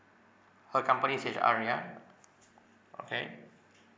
her company's H_R ya okay